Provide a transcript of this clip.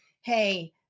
Hey